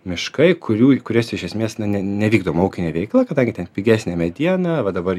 miškai kurių ir kuriuos iš esmės na ne nevykdoma ūkinė veikla kadangi ten pigesnė mediena va dabar